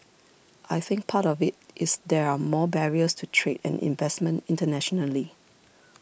I think part of it is there are more barriers to trade and investment internationally